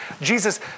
Jesus